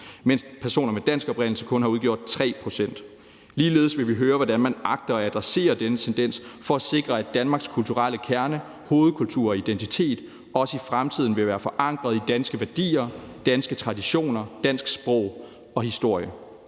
mens personer med dansk oprindelse kun har udgjort 3 pct. Ligeledes vil vi høre, hvordan man agter at adressere denne tendens for at sikre, at Danmarks kulturelle kerne, hovedkultur og identitet også i fremtiden vil være forankret i danske værdier, danske traditioner, dansk sprog og historie.